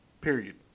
period